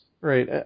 Right